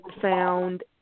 found